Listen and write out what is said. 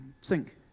sink